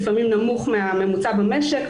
לפעמים נמוך מהממוצע במשק,